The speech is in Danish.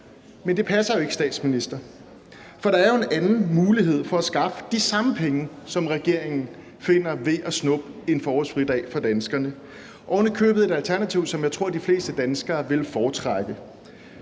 Men det passer ikke, statsminister, for der er jo en anden mulighed for at skaffe de samme penge, som regeringen finder ved at snuppe en forårsfridag fra danskerne, og det er ovenikøbet et alternativ, som jeg tror de fleste danskere ville foretrække,